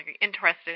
interested